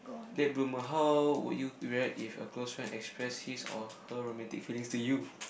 late bloomer how would you react if a close friend express his or her romantic feelings to you